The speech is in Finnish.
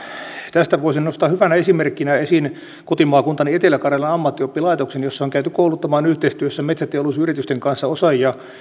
tästä voisin nostaa hyvänä esimerkkinä esiin kotimaakuntani etelä karjalan ammattioppilaitoksen jossa on käyty kouluttamaan yhteistyössä metsäteollisuusyritysten kanssa osaajia